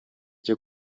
cyo